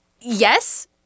yes